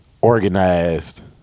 organized